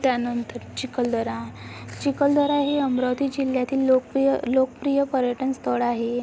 त्यानंतर चिखलदरा चिखलदरा हे अमरावती जिल्ह्यातील लोकप्रिय लोकप्रिय पर्यटनस्थळ आहे